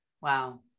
Wow